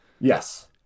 Yes